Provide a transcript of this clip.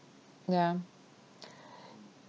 yeah